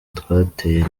twateye